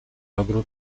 ogród